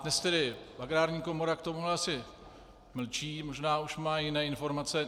Dnes tedy Agrární komora k tomu asi mlčí, možná už má jiné informace.